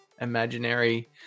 imaginary